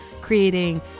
creating